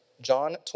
John